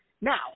Now